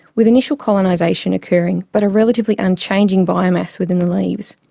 with initial colonisation occurring but a relatively unchanging biomass within the leaves.